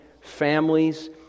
families